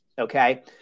Okay